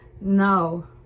No